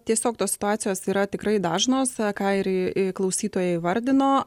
tiesiog tos situacijos yra tikrai dažnos ką ir klausytoja įvardino